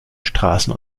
straßen